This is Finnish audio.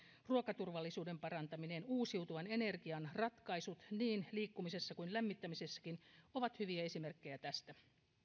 ruokaturvallisuuden parantaminen ja uusiutuvan energian ratkaisut niin liikkumisessa kuin lämmittämisessäkin ovat hyviä esimerkkejä tästä